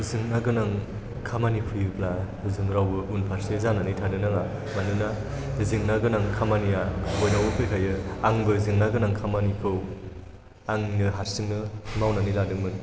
जेंना गोनां खामानि फैयोब्ला जों रावबो उनफारसे जानानै थानो नाङा मानोना जेंना गोनां खामानिया बयनियावबो फैखायो आंबो जेंना गोनां खामानिखौ आंनो हारसिंनो मावनानै लादोंमोन